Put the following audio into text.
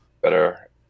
better